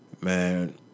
Man